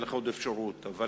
תהיה לך עוד אפשרות לדבר,